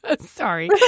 Sorry